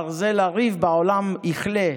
/ ברזל הריב בעולם יכלה".